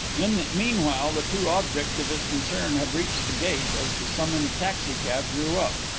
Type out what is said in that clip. in the meanwhile the two objects of his concern had reached the gate as the summoned taxicab drew up.